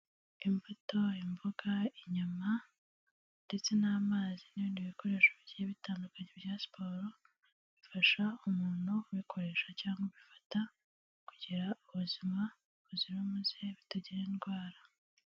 Imbuto, imboga, inyama ndetse n'amazi n'ibindi bikoresho bigiye bitandukanye bya siporo, bifasha umuntu kubikoresha cyangwa bifata kugira ubuzima buzira umuze butagira indwara.